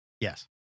Yes